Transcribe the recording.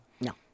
No